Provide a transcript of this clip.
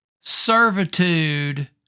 servitude